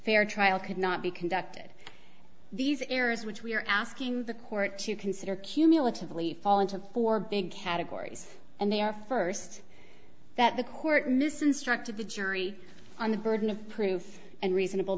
fair trial could not be conducted these errors which we are asking the court to consider cumulatively fall into four big categories and they are first that the court miss instructed the jury on the burden of proof and reasonable